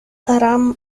ram